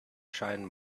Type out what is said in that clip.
shine